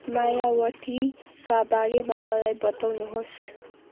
मायावतीका बारेमा मलाई बताउनुहोस्